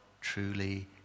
truly